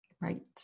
Right